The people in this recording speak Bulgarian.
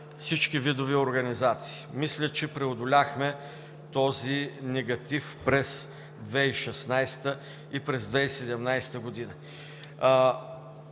всички видове организации. Мисля, че преодоляхме този негатив през 2016 г. и 2017 г.